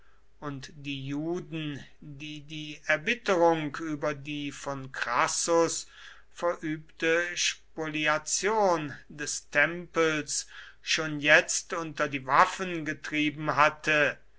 und die juden die die erbitterung über die von crassus verübte spoliation des tempels schon jetzt unter die waffen getrieben hatte